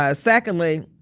ah secondly,